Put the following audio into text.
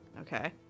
Okay